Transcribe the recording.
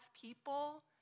people